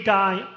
die